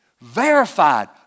verified